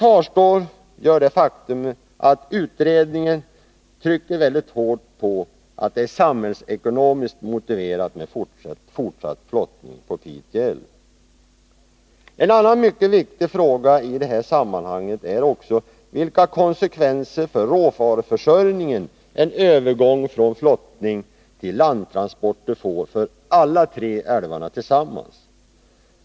Kvar står dock det faktum att utredningen trycker hårt på att det är samhällsekonomiskt motiverat med fortsatt flottning på Pite älv. En annan mycket viktig fråga är också vilka konsekvenser för råvaruförsörjningen en övergång från flottning till landtransport får för alla tre älvarna tillsammans.